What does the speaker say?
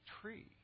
tree